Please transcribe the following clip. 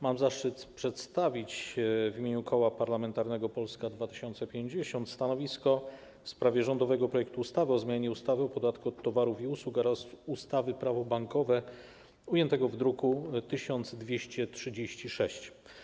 Mam zaszczyt przedstawić w imieniu Koła Parlamentarnego Polska 2050 stanowisko wobec rządowego projektu ustawy o zmianie ustawy o podatku od towarów i usług oraz ustawy - Prawo bankowe ujętego w druku nr 1236.